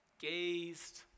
gazed